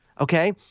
okay